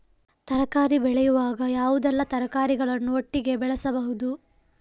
ತರಕಾರಿ ಬೆಳೆಯುವಾಗ ಯಾವುದೆಲ್ಲ ತರಕಾರಿಗಳನ್ನು ಒಟ್ಟಿಗೆ ಬೆಳೆಸಬಹುದು?